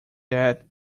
that